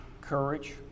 Courage